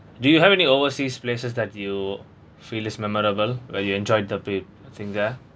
do you have any overseas places that you feel is memorable where you enjoyed the big thing there